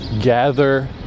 gather